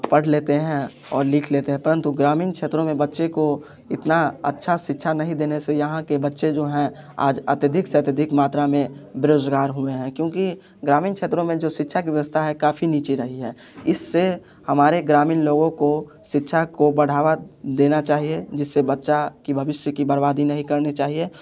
पढ़ लेते हैं और लिख लेते हैं परंतु ग्रामीण क्षेत्रों में बच्चे को इतना अच्छा शिक्षा नहीं देने से यहाँ के बच्चे जो हैं आज अत्यधिक से अत्यधिक मात्रा में बेरोजगार हुए हैं क्योंकि ग्रामीण क्षेत्रों में जो शिक्षा की व्यवस्था है काफ़ी नीचे रही है इससे हमारे ग्रामीण लोगों को शिक्षा को बढ़ावा देना चाहिए जिससे बच्चा की भविष्य की बर्बादी नहीं करनी चाहिए